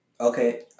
Okay